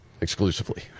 exclusively